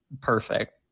perfect